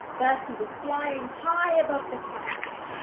bertie was flying high above the clouds.